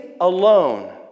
alone